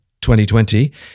2020